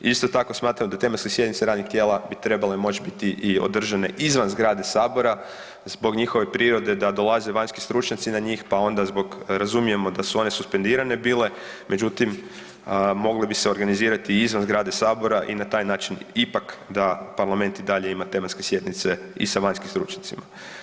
Isto tako smatram da tematske sjednice radnih tijela bi trebale moć biti i održane izvan zgrade sabora zbog njihove prirode da dolaze vanjski stručnjaci na njih, pa onda zbog, razumijemo da su one suspendirane bile, međutim, mogle bi se organizirati i izvan zgrade sabora i na taj način ipak da parlament i dalje ima tematske sjednice i sa vanjskim stručnjacima.